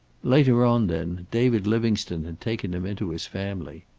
later on, then, david livingstone had taken him into his family.